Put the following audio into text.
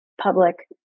public